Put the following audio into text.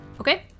Okay